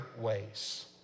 ways